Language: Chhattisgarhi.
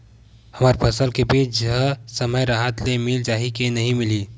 हमर फसल के बीज ह समय राहत ले मिल जाही के नी मिलही?